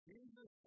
Jesus